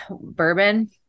bourbon